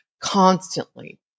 constantly